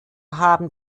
haben